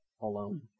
alone